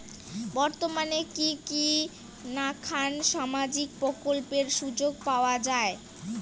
বর্তমানে কি কি নাখান সামাজিক প্রকল্পের সুযোগ পাওয়া যায়?